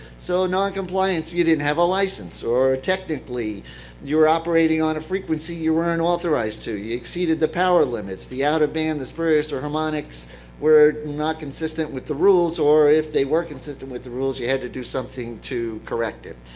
so noncompliance, you didn't have a license, or technically you were operating on a frequency you weren't and authorized to. you exceeded the power limits, the outer band disperse or harmonics were not consistent with the rules, or if they were consistent with the rules, you had to do something to correct it.